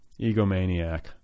egomaniac